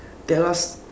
tell us